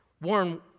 Warren